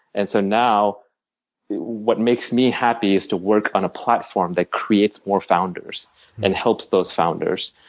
and so now what makes me happy is to work on a platform that creates more founders and helps those founders.